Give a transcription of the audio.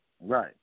Right